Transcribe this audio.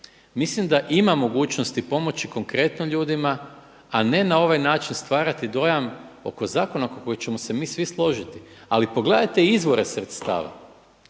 Mislim da ima mogućnosti pomoći konkretno ljudima a ne na ovaj način stvarati dojam oko zakona oko kojih ćemo se mi svi složiti. Ali pogledajte izvore sredstava